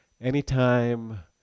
Anytime